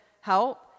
help